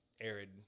arid